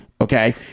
Okay